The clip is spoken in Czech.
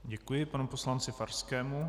Děkuji panu poslanci Farskému.